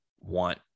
want